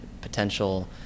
potential